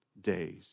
days